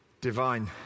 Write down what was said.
Divine